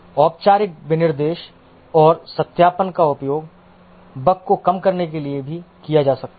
औपचारिक विनिर्देश और सत्यापन का उपयोग बग को कम करने के लिए भी किया जा सकता है